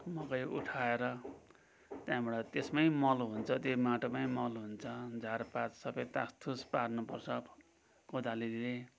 मकै उठाएर त्यहाँबाट त्यसमै मल हुन्छ त्यो माटोमै मल हुन्छ झारपात सबै ताछतुछ पार्नु पर्छ कोदालीले